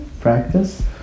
Practice